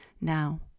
now